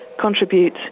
contribute